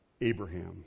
Abraham